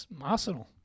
Arsenal